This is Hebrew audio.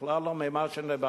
בכלל לא על מה שדיברתם.